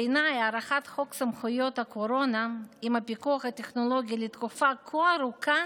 בעיניי הארכת חוק סמכויות הקורונה עם הפיקוח הטכנולוגי לתקופה כה ארוכה